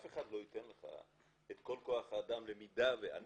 אף אחד לא ייתן לך את כל כוח האדם במידה ויקרה דבר מה.